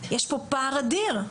יש פה פער אדיר.